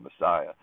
Messiah